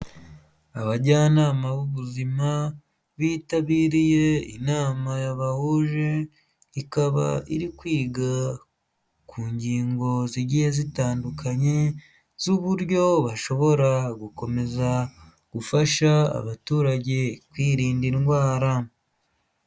Abajyanama b'ubuzima bitabiriye inama yabahuje ikaba iri kwiga ku ngingo zigiye zitandukanye z'uburyo bashobora gukomeza gufasha abaturage kwirinda indwara.